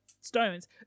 stones